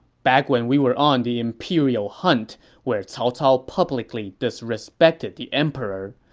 back when we were on the imperial hunt where cao cao publicly disrespected the emperor,